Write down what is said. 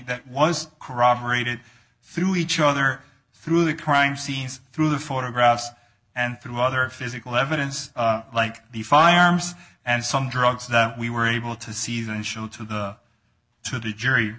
that was corroborated through each other through the crime scenes through the photographs and through other physical evidence like the firearms and some drugs that we were able to seize and show to the to the jury